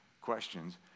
questions